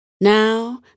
Now